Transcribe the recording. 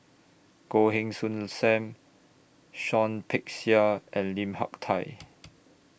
Goh Heng Soon SAM Shawn Peck Seah and Lim Hak Tai